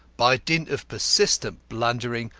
by dint of persistent blundering,